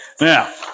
Now